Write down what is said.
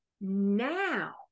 now